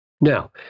Now